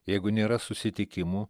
jeigu nėra susitikimų